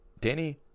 Danny